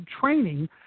training